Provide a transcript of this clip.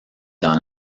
dans